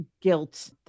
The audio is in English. guilt